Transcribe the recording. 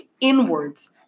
inwards